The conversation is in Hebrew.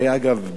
אגב,